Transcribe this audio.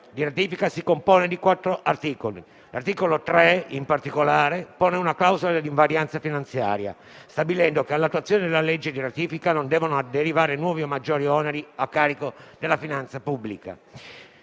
di legge di ratifica si compone di quattro articoli. L'articolo 3, in particolare, pone una clausola di invarianza finanziaria, stabilendo che, dall'attuazione della legge di ratifica, non devono derivare nuovi o maggiori oneri a carico della finanza pubblica.